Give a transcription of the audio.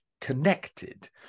connected